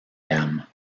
gamme